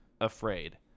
afraid